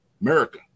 America